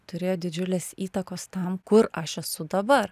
turėjo didžiulės įtakos tam aš esu dabar